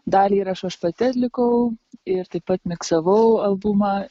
dalį įrašų aš pati atlikau ir taip pat miksavau albumą